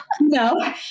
No